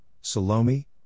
Salome